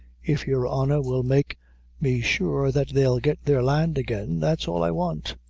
if your honor will make me sure that they'll get their land again, that's all i want.